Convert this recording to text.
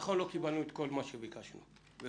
נכון, לא קיבלנו את כל מה שביקשנו ורצינו.